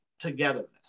togetherness